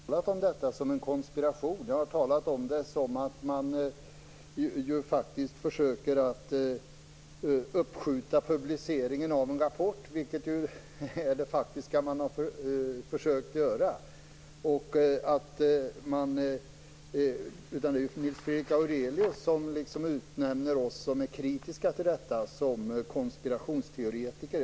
Herr talman! Jag har inte talat om detta som en konspiration, utan jag har talat om det som om man har försökt uppskjuta publiceringen av en rapport, vilket man ju faktiskt har försökt att göra. Nils Fredrik Aurelius utnämner oss som är kritiska till detta till konspirationsteoretiker.